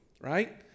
right